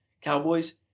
Cowboys